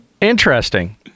interesting